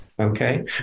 okay